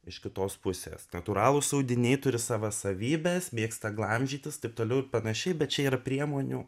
iš kitos pusės natūralūs audiniai turi savo savybes mėgsta glamžytis taip toliau ir panašiai bet čia yra priemonių